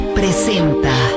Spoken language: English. presenta